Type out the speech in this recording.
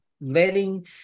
letting